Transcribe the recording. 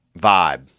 vibe